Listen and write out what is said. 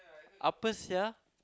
apa sia